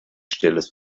stilles